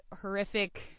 horrific